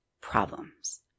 problems